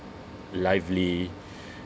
lively